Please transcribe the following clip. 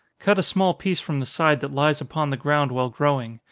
cut a small piece from the side that lies upon the ground while growing,